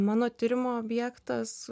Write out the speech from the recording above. mano tyrimo objektas